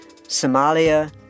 Somalia